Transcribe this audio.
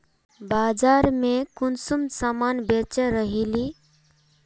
बाजार में कुंसम सामान बेच रहली?